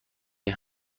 این